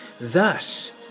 Thus